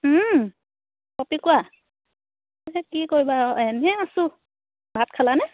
পপি কোৱা কি কৰিবা এনেহ আছোঁ ভাত খালানে